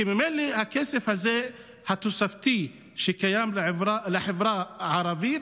כי ממילא, הכסף התוספתי שקיים לחברה הערבית,